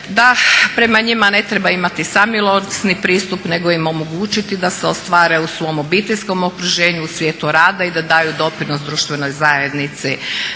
da prema njima ne treba imati samilosni pristup nego im omogućiti da se ostvare u svom obiteljskom okruženju u svijetu rada i da daju doprinos društvenoj zajednici.